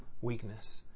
weakness